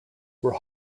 were